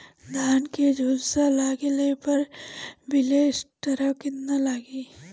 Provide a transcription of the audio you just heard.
धान के झुलसा लगले पर विलेस्टरा कितना लागी?